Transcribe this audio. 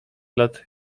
lat